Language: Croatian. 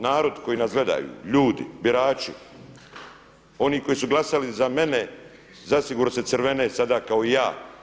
Narod koji nas gledaju, ljudi, birači, oni koji su glasali za mene zasigurno se crvene sada kao i ja.